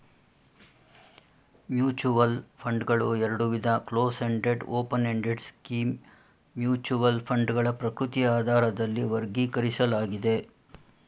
mutual ಫಂಡ್ಗಳು ಎರಡುವಿಧ close ended open ended scheme mutual ಫಂಡ್ಗಳ ಪ್ರಕೃತಿಯ ಆಧಾರದಲ್ಲಿ ವರ್ಗೀಕರಿಸಲಾಗಿದೆ